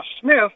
Smith